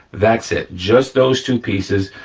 that's it, just those two pieces,